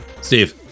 Steve